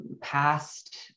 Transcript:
past